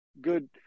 good